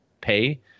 pay